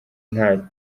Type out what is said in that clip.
nta